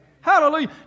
Hallelujah